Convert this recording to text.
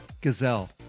Gazelle